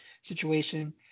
situation